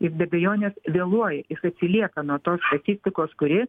jis be abejonės vėluoja jis atsilieka nuo tos statistikos kuri